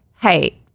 hey